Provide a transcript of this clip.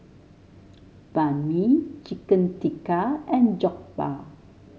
Banh Mi Chicken Tikka and Jokbal